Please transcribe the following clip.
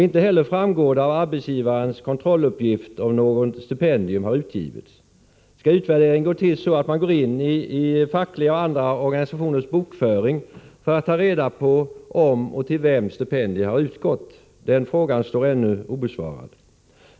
Inte heller framgår det av arbetsgivarens kontrolluppgift om något stipendium har utgått. Skall utvärderingen gå till på ett sådant sätt att man går in i fackliga och andra organisationers bokföring för att ta reda på om och till vem stipendier har utgått? Den frågan står ännu obesvarad.